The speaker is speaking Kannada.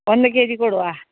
ಒಂದು ಕೆಜಿ ಕೊಡುವಾ